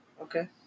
Okay